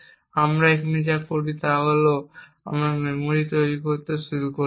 এবং আমরা এখানে যা করি তা হল আমরা মেমরি তৈরি করতে শুরু করি